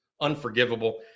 unforgivable